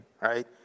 right